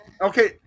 Okay